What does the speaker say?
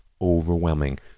overwhelming